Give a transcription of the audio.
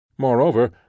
Moreover